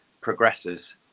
progresses